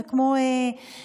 זה כמו מישהו,